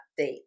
Update